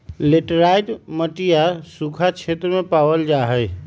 laterite मटिया सूखा क्षेत्र में पावल जाहई